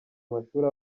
amashuri